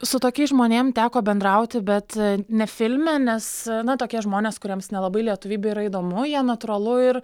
su tokiais žmonėm teko bendrauti bet ne filme nes na tokie žmonės kuriems nelabai lietuvybė yra įdomu jie natūralu ir